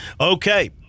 okay